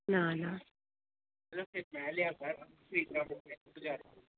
ना ना